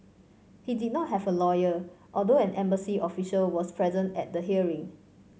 he did not have a lawyer although an embassy official was present at the hearing